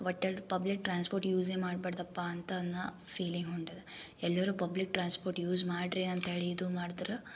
ಒಟ್ಟಲ್ಲಿ public transport ಯೂಸೆ ಮಾಡ್ಬಾರ್ದಪ್ಪ ಅಂತಂದು ಫೀಲಿಂಗ್ ಹೊಂಟದೆ ಎಲ್ಲರು ಪಬ್ಲಿಕ್ ಟ್ರಾನ್ಸ್ಪೋರ್ಟ್ ಯೂಸ್ ಮಾಡ್ರಿ ಅಂತೇಳಿ ಇದು ಮಾಡ್ತಾರ